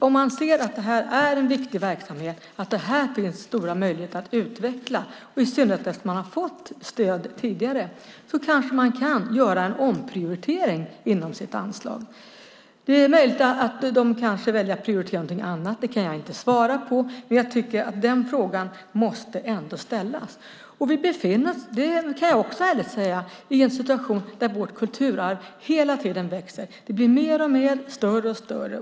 Om man ser att detta är en viktig verksamhet som det finns stora möjligheter att utveckla, och i synnerhet efter det att man har fått stöd tidigare, kanske man kan göra en omprioritering inom sitt anslag. Det är möjligt att de kanske väljer att kanske prioritera något annat. Det kan jag inte svara på. Men jag tycker den frågan ändå måste ställas. Jag kan också ärligt säga att vi är i en situation där vårt kulturarv hela tiden växer. Det blir mer och mer, och större och större.